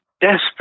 desperate